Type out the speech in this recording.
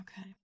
Okay